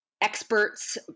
experts